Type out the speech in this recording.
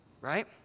right